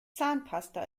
zahnpasta